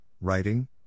writing